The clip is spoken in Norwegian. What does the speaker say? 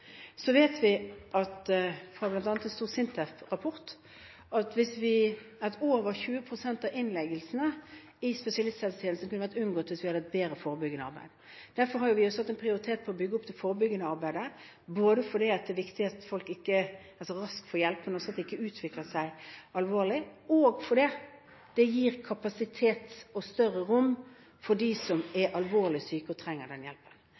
Så vet vi bl.a. fra en stor SINTEF-rapport at over 20 pst. av innleggelsene i spesialisthelsetjenesten kunne vært unngått hvis vi hadde gjort et bedre forebyggende arbeid. Derfor har vi prioritert å bygge opp det forebyggende arbeidet, både fordi det er viktig at folk raskt får hjelp for at det ikke skal utvikle seg alvorlig og fordi det gir kapasitet og større rom for dem som er alvorlig syke og trenger den hjelpen.